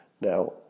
Now